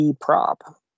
prop